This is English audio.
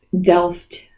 delft